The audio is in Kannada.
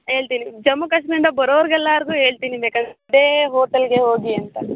ಹೇಳ್ತೀನಿ ಜಮ್ಮು ಕಾಶ್ಮೀರಿಂದ ಬರೋರಿಗೆಲ್ಲರಿಗೂ ಹೇಳ್ತೀನಿ ಬೇಕಾದರೆ ಇದೇ ಹೋಟೆಲ್ಗೆ ಹೋಗಿ ಅಂತ